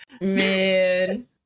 Man